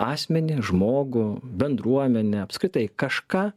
asmenį žmogų bendruomenę apskritai kažką